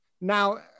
Now